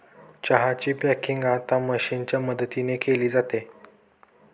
चहा ची पॅकिंग आता मशीनच्या मदतीने केली जाते